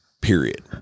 period